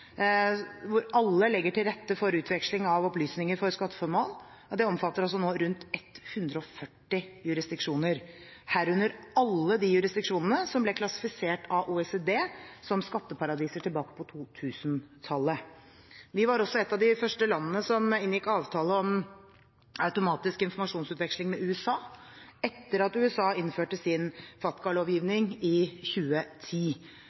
hvor alle legger til rette for utveksling av opplysninger for skatteformål, omfatter nå rundt 140 jurisdiksjoner, herunder alle de jurisdiksjonene som ble klassifisert av OECD som skatteparadiser tilbake på 2000-tallet. Vi var også et av de første landene som inngikk avtale om automatisk informasjonsutveksling med USA, etter at USA innførte sin FATCA-lovgivning i 2010.